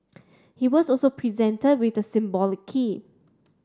he was also presented with the symbolic key